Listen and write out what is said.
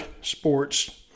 sports